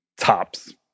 tops